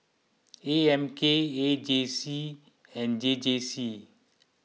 A M K A J C and J J C